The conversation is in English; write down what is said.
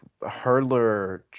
hurdler